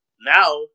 now